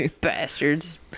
Bastards